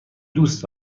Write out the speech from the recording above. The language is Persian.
دوست